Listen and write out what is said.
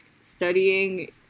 studying